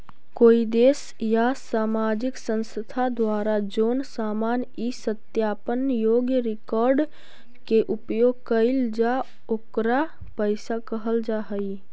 कोई देश या सामाजिक संस्था द्वारा जोन सामान इ सत्यापन योग्य रिकॉर्ड के उपयोग कईल जा ओकरा पईसा कहल जा हई